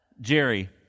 Jerry